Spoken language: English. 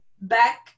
back